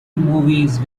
movies